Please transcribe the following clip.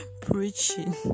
preaching